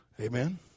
Amen